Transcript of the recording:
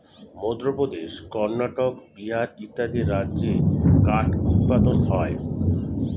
মধ্যপ্রদেশ, কর্ণাটক, বিহার ইত্যাদি রাজ্যে কাঠ উৎপাদন হয়